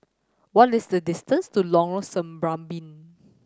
what is the distance to Lorong Serambi